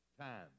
time